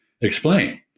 explain